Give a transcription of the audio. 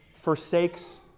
forsakes